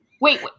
Wait